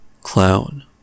Clown